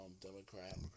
Democrat